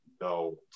no